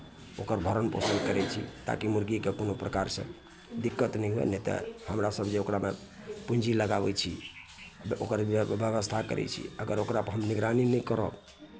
ओकर भरण पोषण करै छी ताकि मुर्गीके कोनो प्रकारसँ दिक्कत नहि हुअय नहि तऽ हमरासभ जे ओकरामे पूँजी लगाबै छी बे ओकर व्य व्यवस्था करै छी अगर ओकरापर हम निगरानी नहि करब